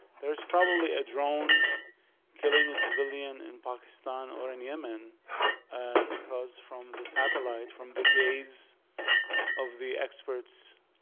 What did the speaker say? there is probably a drone killing a civilian in pakistan or in yemen because from the satellites, from the gaze of the experts,